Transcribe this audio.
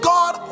God